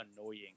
annoying